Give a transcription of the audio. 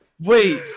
Wait